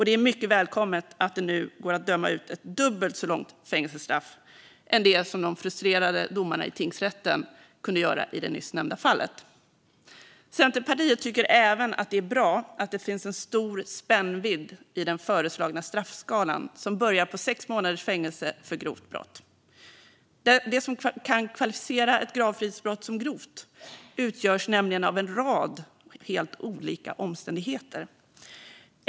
Det är mycket välkommet att det nu går att döma ut ett dubbelt så långt fängelsestraff som det straff som de frustrerade domarna i tingsrätten kunde döma ut i det nyss nämnda fallet. Centerpartiet tycker även att det är bra att det finns en stor spännvidd i den föreslagna straffskalan, som börjar på sex månaders fängelse för grovt brott. Det som kan kvalificera ett gravfridsbrott som grovt utgörs nämligen av en rad helt olika omständigheter.